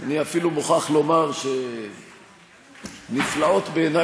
אני אפילו מוכרח לומר שנפלאות בעיני